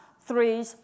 three